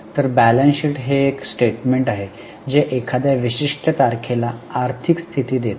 तर balance sheet हे एक स्टेटमेंट आहे जे एखाद्या विशिष्ट तारखेला आर्थिक स्थिती देते